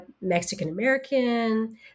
Mexican-American